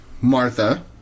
Martha